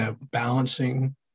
Balancing